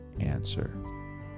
answer